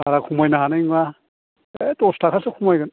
बारा खमायनो हानाय नङा है दस थाखासो खमायगोन